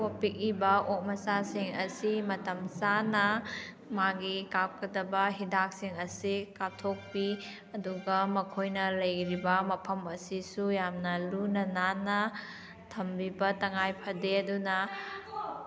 ꯑꯣꯛ ꯄꯤꯂꯤꯕ ꯑꯣꯛ ꯃꯆꯥꯁꯤꯡ ꯑꯁꯤ ꯃꯇꯝ ꯆꯥꯅ ꯃꯥꯒꯤ ꯀꯥꯞꯀꯗꯕ ꯍꯤꯗꯥꯛꯁꯤꯡ ꯑꯁꯤ ꯀꯥꯞꯊꯣꯛꯄꯤ ꯑꯗꯨꯒ ꯃꯈꯣꯏꯅ ꯂꯩꯔꯤꯕ ꯃꯐꯝ ꯑꯁꯤꯁꯨ ꯌꯥꯝꯅ ꯂꯨꯅ ꯅꯥꯟꯅ ꯊꯝꯕꯤꯕ ꯇꯉꯥꯏ ꯐꯗꯦ ꯑꯗꯨꯅ